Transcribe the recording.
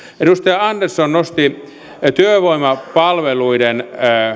edustaja andersson nosti työvoimapalveluiden